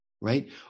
right